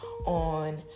on